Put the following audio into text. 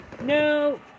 No